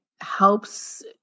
helps